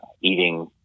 eating